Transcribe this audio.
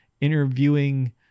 interviewing